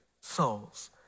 souls